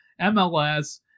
mls